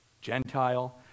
Gentile